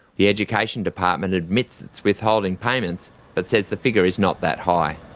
the education department admits its withholding payments but says the figure is not that high.